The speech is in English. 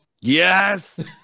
Yes